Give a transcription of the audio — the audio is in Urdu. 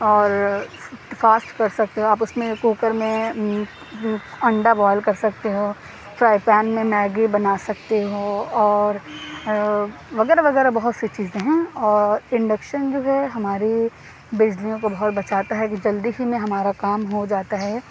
اور فاسٹ کرسکتے ہو آپ اُس میں کوکر میں انڈا بوائیل کر سکتے ہو فرائی پین میں میگی بنا سکتے ہو اور وغیرہ وغیرہ بہت سی چیزیں ہیں اور انڈکشن جو ہے ہماری بجلیوں کو بہت بچاتا ہے جلدی ہی میں ہمارا کام ہو جاتا ہے